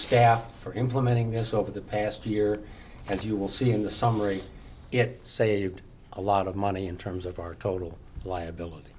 staff for implementing this over the past year and you will see in the summary it saved a lot of money in terms of our total liability